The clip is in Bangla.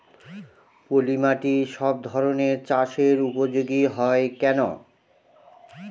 পলিমাটি সব ধরনের চাষের উপযোগী হয় কেন?